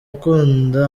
ukunda